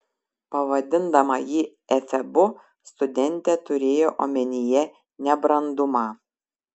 pavadindama jį efebu studentė turėjo omenyje nebrandumą